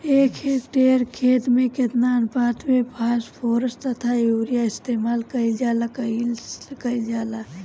एक हेक्टयर खेत में केतना अनुपात में फासफोरस तथा यूरीया इस्तेमाल कईल जाला कईल जाला?